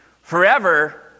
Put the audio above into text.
forever